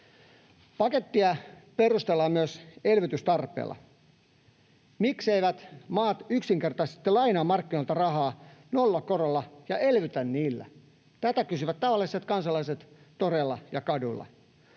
Pakettia perustellaan myös elvytystarpeella. Mikseivät maat yksinkertaisesti lainaa markkinoilta rahaa nollakorolla ja elvytä sillä? Tätä kysyvät tavalliset kansalaiset toreilla ja kadulla.